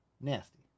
Nasty